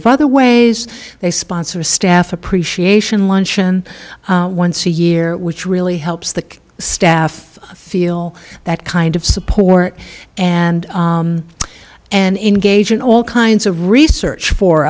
of other ways they sponsor a staff appreciation luncheon once a year which really helps the staff feel that kind of support and and engage in all kinds of research for